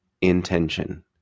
intention